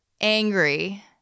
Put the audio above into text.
angry